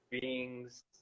beings